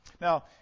Now